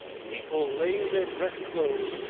people lay in their dress clothes,